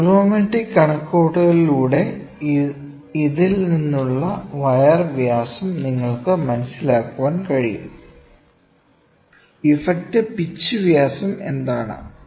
trigonometric കണക്കുകൂട്ടലുകളിലൂടെ ഇതിൽ നിന്നുള്ള വയർ വ്യാസം നിങ്ങൾക്ക് മനസിലാക്കാൻ കഴിയും ഇഫക്റ്റ് പിച്ച് വ്യാസം എന്താണ്